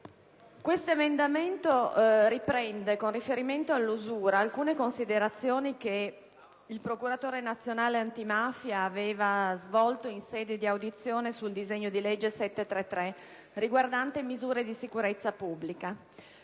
8.0.201, che riprende, con riferimento all'usura, alcune considerazioni che il procuratore nazionale antimafia aveva svolto in sede di audizione sul disegno di legge n. 733, riguardante misure di sicurezza pubblica.